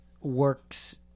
works